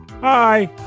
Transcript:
Hi